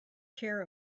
care